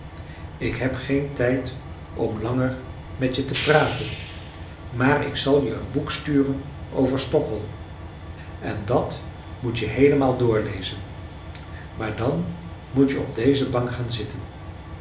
ik heb geen tijd om langer met je te praten maar ik zal je een boek sturen over stockholm en dat moet je heelemaal doorlezen maar dan moet je op deze bank gaan zitten